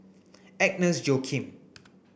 Agnes Joaquim